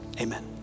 amen